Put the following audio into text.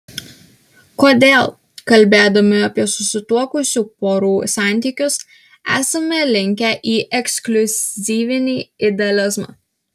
kodėl kalbėdami apie susituokusių porų santykius esame linkę į ekskliuzyvinį idealizmą